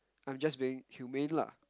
I'm just being humane lah